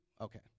okay